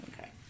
Okay